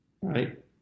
Right